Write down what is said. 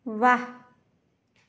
व्वा